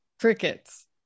crickets